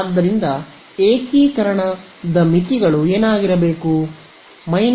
ಆದ್ದರಿಂದ ಏಕೀಕರಣದ ಮಿತಿಗಳು ಏನಾಗಿರಬೇಕು